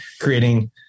creating